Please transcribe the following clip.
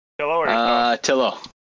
Tillo